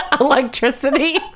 Electricity